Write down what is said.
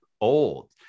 old